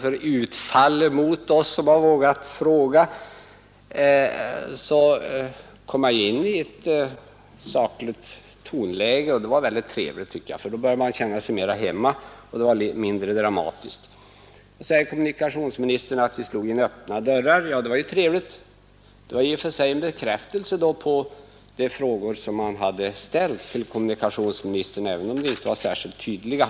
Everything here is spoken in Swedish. Efter ”utfallet” mot oss som vågat fråga kom kommunikationsministern in i ett sakligare tonläge, och det var mycket trevligt. Då började jag känna mig mera hemma, och det hela blev mindre dramatiskt. Kommunikationsministern sade då att vi slog in öppna dörrar. Det var trevligt att höra, eftersom det i och för sig utgör besked med anledning av de frågor som ställts till kommunikationsministern, även om ett sådant svar inte var särskilt tydligt.